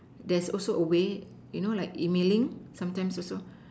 there's also a way you know like emailing sometimes also